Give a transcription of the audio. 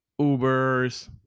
Ubers